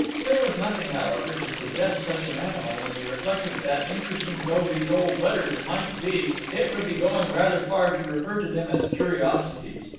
there was nothing, however, to suggest such an animal, and he reflected that interesting though these old letters might be it would be going rather far to refer to them as curiosities.